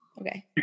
Okay